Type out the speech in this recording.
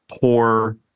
poor